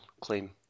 claim